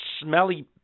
smelly